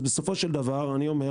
אז בסופו של דבר אנחנו,